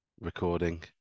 recording